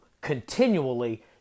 continually